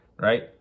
right